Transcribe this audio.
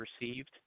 received